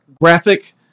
graphic